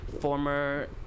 former